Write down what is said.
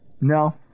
No